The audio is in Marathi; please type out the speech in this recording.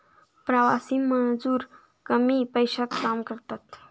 प्रवासी मजूर कमी पैशात काम करतात